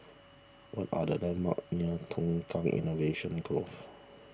what are the landmarks near Tukang Innovation Grove